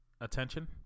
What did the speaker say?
attention